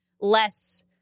less